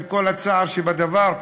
עם כל הצער שבדבר,